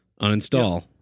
uninstall